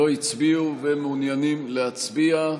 לא הצביעו ומעוניינים להצביע?